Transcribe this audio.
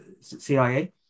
CIA